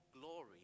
glory